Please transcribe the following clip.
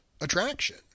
attraction